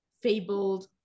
fabled